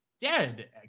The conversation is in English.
dead